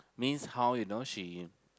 means how you know she